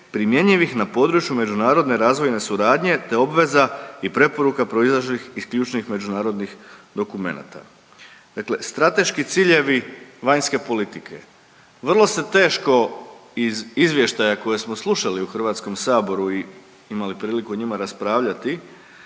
primjenjivih na području međunarodne razvojne suradnje te obveza i preporuka proizašlih iz ključnih međunarodnih dokumenata.“, dakle strateški ciljevi vanjske politike. Vrlo se teško iz izvještaja koje smo slušali u HS-u i imali priliku o njima raspravljati